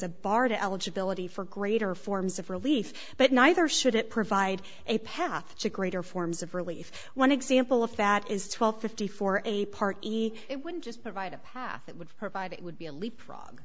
a bar to eligibility for greater forms of relief but neither should it provide a path to greater forms of relief one example of that is twelve fifty four a part it wouldn't just provide a path that would provide it would be a leapfrog